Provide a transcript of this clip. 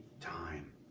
time